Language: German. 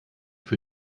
für